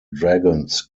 dragons